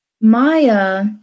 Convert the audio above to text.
Maya